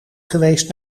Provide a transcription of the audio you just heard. geweest